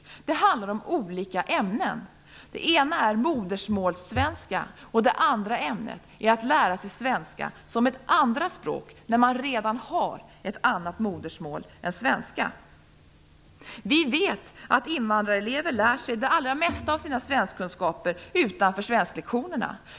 Det handlar om olika ämnen. Det ena är modersmålssvenska, och det andra är svenska som ett andra språk när man redan har ett annat modersmål än svenska. Vi vet att invandrarelever lär sig det allra mesta av sina svenskkunskaper utanför svensklektionerna.